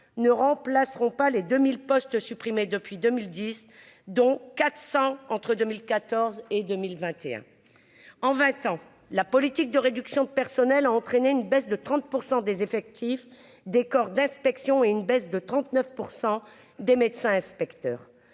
ne remplaceront pas les 2000 postes supprimés depuis 2010 dont 400 entre 2014 et 2021 en 20 ans la politique de réduction de personnel a entraîné une baisse de 30 % des effectifs des corps d'inspection et une baisse de 39 pour 100 des médecins inspecteurs